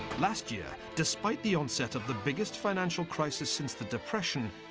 last year, despite the onset of the biggest financial crisis since the depression,